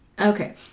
Okay